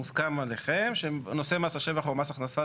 מוסכם עליכם שנושא מס השבח או מס הכנסה,